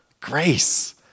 Grace